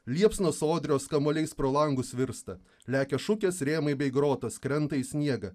liepsnos sodrios kamuoliais pro langus virsta lekia šukės rėmai bei grotos krenta į sniegą